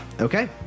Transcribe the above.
Okay